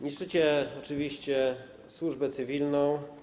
Niszczycie oczywiście służbę cywilną.